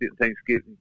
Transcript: Thanksgiving